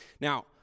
Now